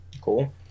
Cool